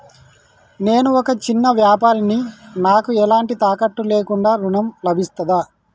నేను ఒక చిన్న వ్యాపారిని నాకు ఎలాంటి తాకట్టు లేకుండా ఋణం లభిస్తదా?